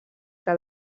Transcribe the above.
que